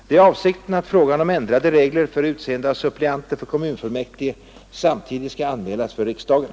Det är avsikten att frågan om ändrade regler för utseende av suppleanter för kommunfullmäktige samtidigt skall anmälas för riksdagen.